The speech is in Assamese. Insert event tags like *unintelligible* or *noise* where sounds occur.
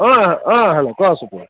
অ' অ' হেল্ল' ক' *unintelligible*